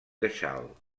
queixal